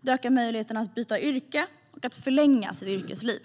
De ökar människors möjligheter att byta yrke och att förlänga yrkeslivet.